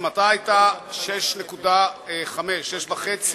עוצמתה היתה 6.5 והיא